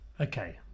Okay